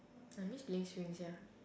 I miss playing swing sia